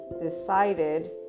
decided